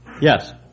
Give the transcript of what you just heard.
Yes